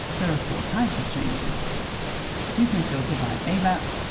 there are four types of changes you can filter by abap,